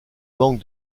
manque